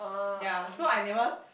yea so I never